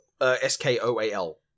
S-K-O-A-L